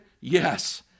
Yes